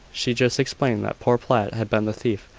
she just explained that poor platt had been the thief,